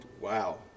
wow